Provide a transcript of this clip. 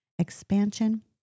expansion